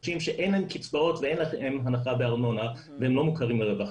החדשים שאין להם קצבאות ואין להם הנחה בארנונה והם לא מוכרים לרווחה.